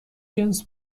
جنس